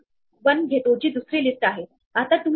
तेव्हा माझ्या क्यू मध्ये 20 आणि 22 आहेत